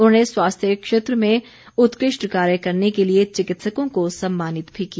उन्होंने स्वास्थ्य क्षेत्र में उत्कृष्ट कार्य करने के लिए चिकित्सकों को सम्मानित भी किया